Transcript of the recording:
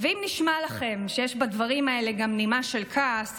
ואם נשמע לכם שיש בדברים האלה גם נימה של כעס,